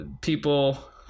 people